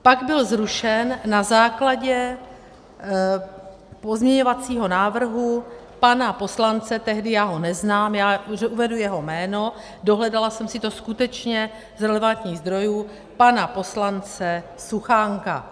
Pak byl zrušen na základě pozměňovacího návrhu pana poslance tehdy, já ho neznám, uvedu jeho jméno, dohledala jsem si to skutečně z relevantních zdrojů, pana poslance Suchánka.